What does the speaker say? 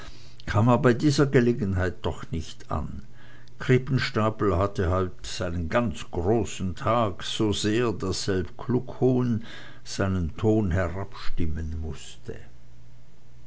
bei dieser gelegenheit doch nicht an krippenstapel hatte heute ganz seinen großen tag so sehr daß selbst kluckhuhn seinen ton herabstimmen mußte